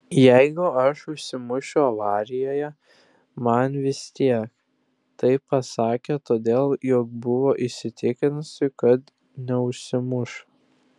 jeigu aš užsimušiu avarijoje man vis tiek tai pasakė todėl jog buvo įsitikinusi kad neužsimuš